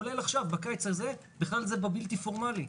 כולל עכשיו בקיץ הזה הם בכלל בבלתי פורמלי.